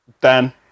Dan